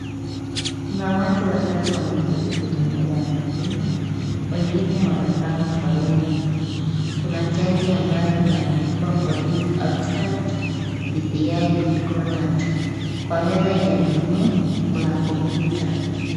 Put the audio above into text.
Kuna watu watatu wameketi kwenye meza ya mhudumu, wengine wamepanga foleni. Kuna (cs) tenti (cs) ambayo imeandikwa, (cs) POLICE ABSTRACT, DCI GOOD CONDUCT (cs). Kwa meza ya mhudumu, kuna kompyuta.